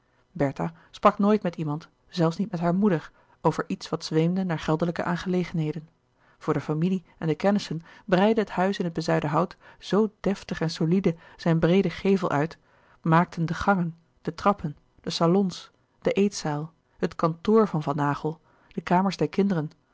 bertha sprak nooit met iemand zelfs niet met hare moeder over iets wat zweemde naar geldelijke aangelegenheden voor de familie en de kennissen breidde het huis in het bezuidenhout zoo deftig en solide zijn breeden gevel uit maakten de gangen de trappen de salons de eetzaal het kantoor van van naghel de kamers der kinderen